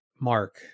Mark